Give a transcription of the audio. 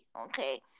okay